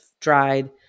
dried